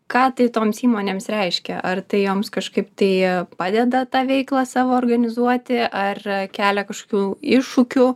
ką tai toms įmonėms reiškia ar tai joms kažkaip tai padeda tą veiklą savo organizuoti ar kelia kažkokių iššūkių